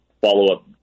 follow-up